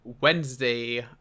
Wednesday